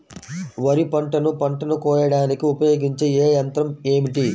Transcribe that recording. వరిపంటను పంటను కోయడానికి ఉపయోగించే ఏ యంత్రం ఏమిటి?